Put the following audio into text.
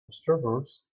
observers